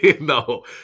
no